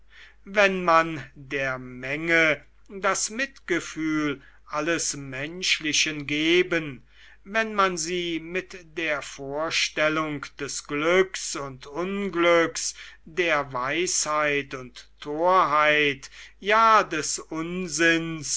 wenn man der menge das mitgefühl alles menschlichen geben wenn man sie mit der vorstellung des glücks und unglücks der weisheit und torheit ja des unsinns